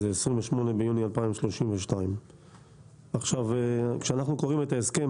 זה 28 ביוני 2032. כשאנחנו קוראים את ההסכם,